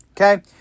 okay